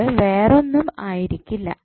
ഇത് വേറെ ഒന്നും ആയിരിക്കില്ല